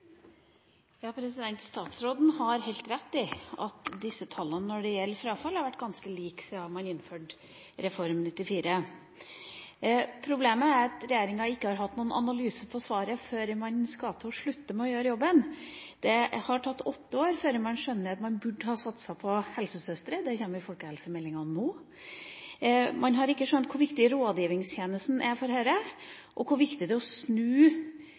Statsråden har helt rett i at tallene når det gjelder frafall, har vært ganske like siden man innførte Reform 94. Problemet er at regjeringa ikke har hatt noen analyse av svaret før man skal avslutte jobben. Det har tatt åtte år før man skjønner at man burde ha satset på helsesøstre – det kommer i folkehelsemeldinga nå. Man har ikke skjønt hvor viktig rådgivningstjenesten er for dette, og hvor viktig det er å snu